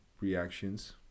reactions